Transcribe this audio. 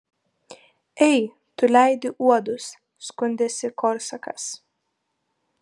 ei tu leidi uodus skundėsi korsakas